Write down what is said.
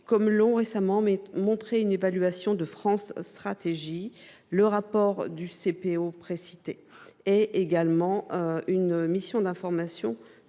comme l’ont récemment montré une évaluation de France Stratégie, le rapport du CPO précité, ainsi que le rapport de la mission d’information